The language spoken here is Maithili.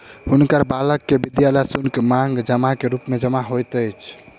हुनकर बालक के विद्यालय शुल्क, मांग जमा के रूप मे जमा होइत अछि